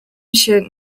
się